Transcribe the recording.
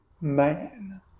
man